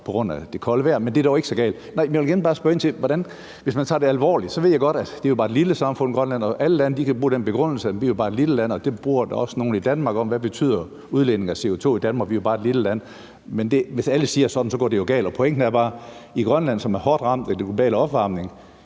på grund af det kolde vejr, men det er dog ikke så galt. Jeg ved jo godt, at Grønland bare er et lille samfund, og alle lande kan bruge den begrundelse: Vi er jo bare et lille land. Den er der også nogle, der bruger i Danmark, hvor man siger: Hvad betyder udledningen af CO2 i Danmark, for vi er jo bare et lille land? Men hvis alle siger sådan, går det jo galt. Pointen er bare: I Grønland, som er hårdt ramt af den globale opvarmning,